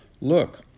Look